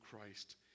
Christ